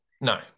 No